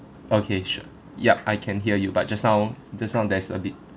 okay sure yup I can hear you but just now just now there's a bit